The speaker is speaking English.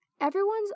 Everyone's